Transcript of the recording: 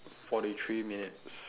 forty three minutes